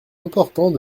importants